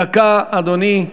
דקה, אדוני,